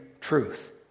truth